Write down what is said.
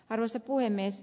arvoisa puhemies